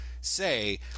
say